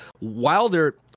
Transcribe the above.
Wilder